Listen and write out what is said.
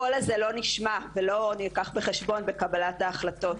הקול הזה לא נשמע והוא לא נלקח בחשבון בתהליך קבלת ההחלטות,